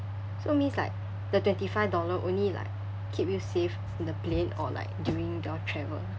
so means like the twenty five dollar only like keep you safe in the plane or like during the travel